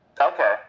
Okay